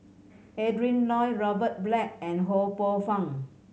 Adrin Loi Robert Black and Ho Poh Fun